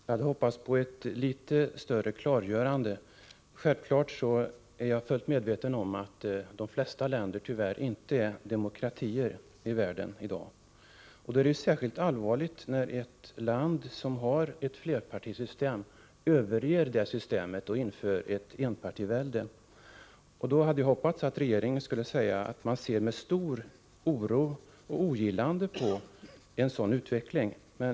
Herr talman! Jag hade hoppats på ett bätrre klargörande. Självklart är jag fullt medveten om att de flesta länder i världen tyvärr inte är demokratier i dag. Men det är särskilt allvarligt när ett land som har ett flerpartisystem överger det systemet och inför enpartivälde. Jag hade hoppats att regeringen skulle säga att man ser med stor oro och med ogillande på en sådan utveckling.